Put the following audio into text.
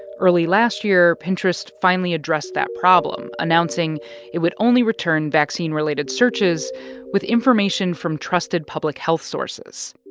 early last year, pinterest finally addressed that problem, announcing it would only return vaccine-related searches with information from trusted public health sources.